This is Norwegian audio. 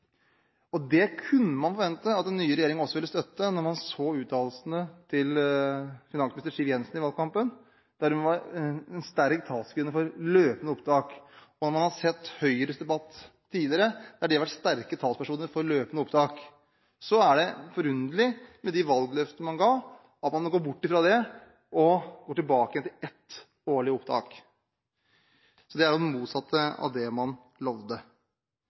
året. Det kunne man forvente at den nye regjeringen også ville støtte når man så uttalelsene til finansminister Siv Jensen i valgkampen, der hun var en sterk talskvinne for løpende opptak, og man har hørt Høyres debatt tidligere, der de har vært sterke talspersoner for løpende opptak. Da er det forunderlig, med de valgløftene man ga, at man går bort fra det og går tilbake igjen til ett årlig opptak. Det er det motsatte av det man